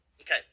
okay